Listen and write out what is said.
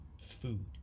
food